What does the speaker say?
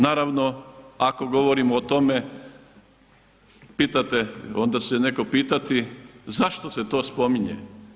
Naravno, ako govorimo o tome, pitate, onda se neko pitati, zašto se to spominje?